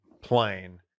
plane